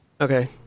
Okay